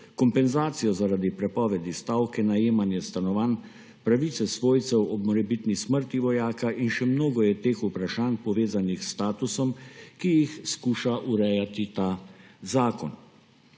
kompenzacijo zaradi prepovedi stavke, najemanje stanovanj, pravice svojcev ob morebitni smrti vojaka in še mnogo je teh vprašanj, povezanih s statusom, ki jih skuša urejati ta zakon.